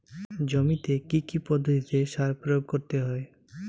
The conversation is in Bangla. জমিতে কী কী পদ্ধতিতে সার প্রয়োগ করতে হয়?